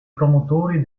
promotori